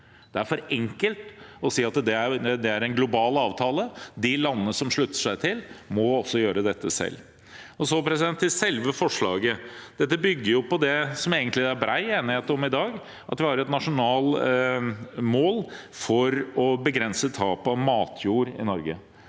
Det er for enkelt å si at det er en global avtale. De landene som slutter seg til, må også gjøre dette selv. Så til selve forslaget: Forslaget bygger på det som det egentlig er bred enighet om i dag, om at vi har et nasjonalt mål om å begrense tap av matjord i Norge.